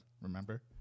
Remember